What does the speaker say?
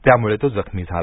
त्यामुळे तो जखमी झाला